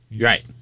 Right